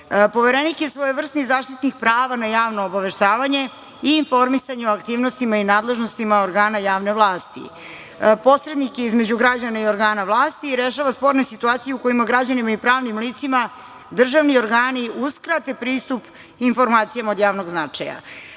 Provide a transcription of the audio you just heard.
sistemu. Poverenik je svojevrsni zaštitnik prava na javno obaveštavanje i informisanje o aktivnostima i nadležnostima organa javne vlasti. Posrednik je između građana i organa vlasti i rešava sporne situacije u kojima građanima i pravnim licima državni organi uskrate pristup informacijama od javnog značaja.